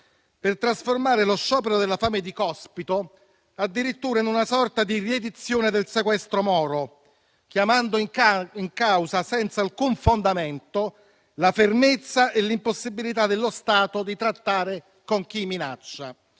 per trasformare lo sciopero della fame di Cospito addirittura in una sorta di riedizione del sequestro Moro, chiamando in causa, senza alcun fondamento, la fermezza e l'impossibilità dello Stato di trattare con chi minaccia.